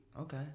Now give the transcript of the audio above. okay